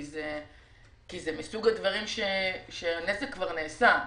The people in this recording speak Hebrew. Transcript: כי זה מסוג הדברים שהנזק כבר נעשה.